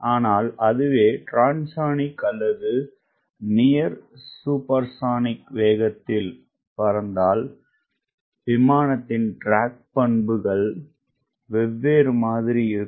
ஆனால் அதுவேTransonic அல்லது சப்சோனிக் வேகங்களில்பறந்தாள்விமானத்தின் ட்ராக் பண்புகள்வெவ்வேறு மாதிரி இருக்கும்